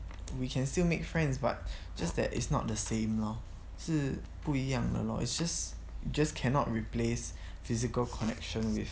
we can still make friends but just that is not the same lor 是不一样的 lor it's just just cannot replace physical connection with